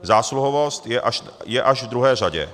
Zásluhovost je až v druhé řadě.